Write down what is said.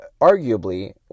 arguably